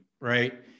right